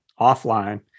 offline